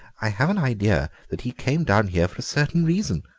i have an idea that he came down here for a certain reason.